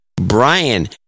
Brian